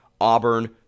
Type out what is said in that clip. Auburn